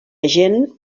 agent